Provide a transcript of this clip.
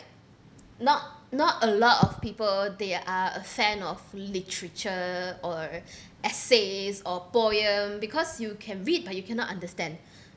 not not a lot of people they are a fan of literature or essays or poem because you can read but you cannot understand